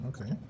Okay